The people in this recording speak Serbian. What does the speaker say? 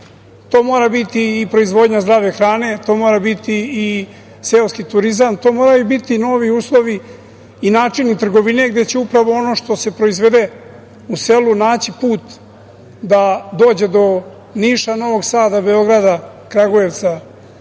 To mora biti i proizvodnja zdrave hrane, to mora biti i seoski turizam, to moraju biti novi uslovi i načini trgovine gde će upravo ono što se proizvede u selu naći put da dođe do Niša, Novog Sada, Beograda, Kragujevca,